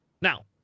Now